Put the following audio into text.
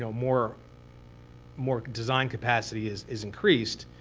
so more more design capacity is is increased,